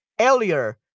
earlier